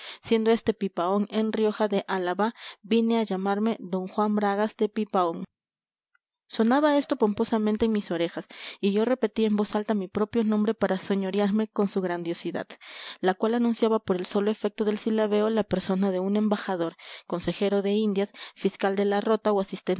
siendo este pipaón en rioja de álava vine a llamarme d juan bragas de pipaón sonaba esto pomposamente en mis orejas y yo repetía en voz alta mi propio nombre para señorearme con su grandiosidad la cual anunciaba por el solo efecto del silabeo la persona de un embajador consejero de indias fiscal de la rota o asistente